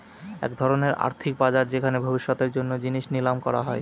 এক ধরনের আর্থিক বাজার যেখানে ভবিষ্যতের জন্য জিনিস নিলাম করা হয়